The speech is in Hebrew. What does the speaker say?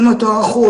אם זה אותו אחוז,